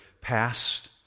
past